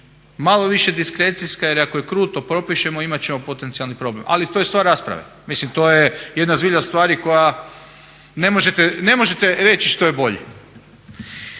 malo više diskrecijska jer ako je kruto propišemo imati ćemo potencijalni problem. Ali to je stvar rasprave. Mislim to je jedna zbilja stvari koja ne možete reći što je bolje.